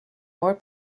more